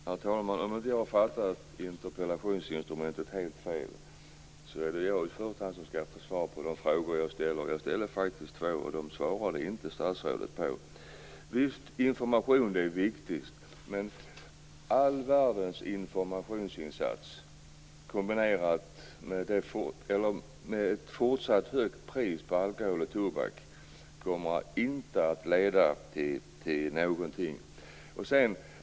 Herr talman! Om inte jag har uppfattat interpellationsinstrumentet helt fel är det i första hand jag som skall få svar på de frågor som jag ställer. Jag ställde faktiskt två stycken, och dem svarade inte statsrådet på. Visst är det viktigt med information. Men all världens informationsinsatser kombinerat med ett fortsatt högt pris på alkohol och tobak kommer inte att leda till någonting.